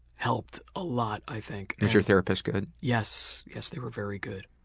helped a lot i think. was your therapist good? yes, yes they were very good,